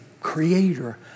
creator